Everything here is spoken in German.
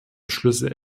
beschlüsse